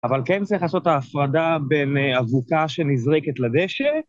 אבל כן צריך לעשות את ההפרדה בין אבוקה שנזרקת לדשא.